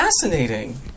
Fascinating